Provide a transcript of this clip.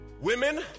Women